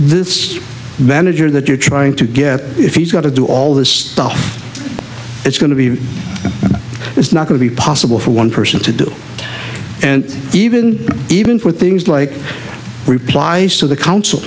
this manager that you're trying to get if he's got to do all this stuff it's going to be it's not going to be possible for one person to do it and even even for things like replies to the council